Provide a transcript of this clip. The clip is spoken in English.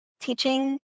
teaching